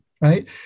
Right